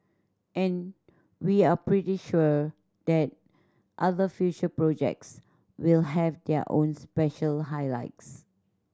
and we are pretty sure that other future projects will have their own special highlights